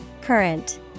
Current